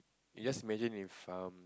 you just imagine if um